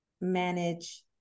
manage